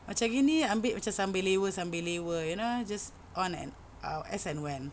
macam gini ambil macam sambil lewa sambil lewa you know just on and as and when